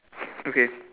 okay